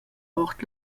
ord